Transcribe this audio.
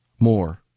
More